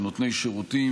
של נותני שירותים,